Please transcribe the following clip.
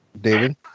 David